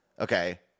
Okay